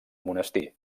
monestir